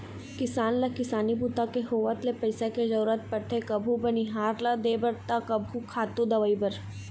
किसान ल किसानी बूता के होवत ले पइसा के जरूरत परथे कभू बनिहार ल देबर त कभू खातू, दवई बर